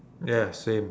ya same